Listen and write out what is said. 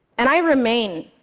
and i remain